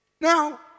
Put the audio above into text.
Now